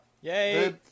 yay